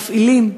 מפעילים,